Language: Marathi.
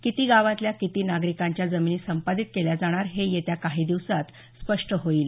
किती गावातल्या किती नागरिकांच्या जमिनी संपादित केल्या जाणार हे येत्या काही दिवसांत स्पष्ट होईल